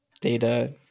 data